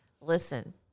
listen